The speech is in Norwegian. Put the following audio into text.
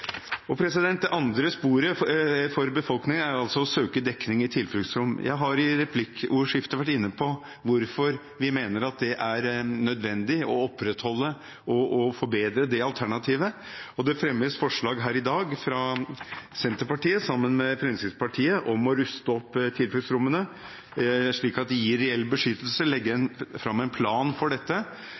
Det andre sporet for befolkningen er altså å søke dekning i tilfluktsrom. Jeg har i replikkordskiftet vært inne på hvorfor vi mener at det er nødvendig å opprettholde og forbedre det alternativet. Det fremmes forslag her i dag fra Senterpartiet sammen med Fremskrittspartiet om å ruste opp tilfluktsrommene, slik at de gir reell beskyttelse, og å legge fram en plan for dette,